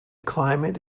climate